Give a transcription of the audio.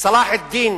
צלאח א-דין